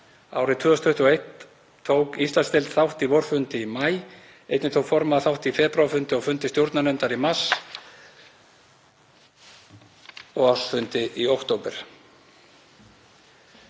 Árið 2021 tók Íslandsdeild þátt í vorfundi í maí. Einnig tók formaður þátt í febrúarfundi og fundi stjórnarnefndar í mars og ársfundi í október.